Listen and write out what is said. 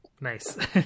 Nice